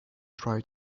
try